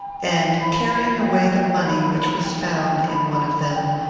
and, carrying away the money which was found in one of them,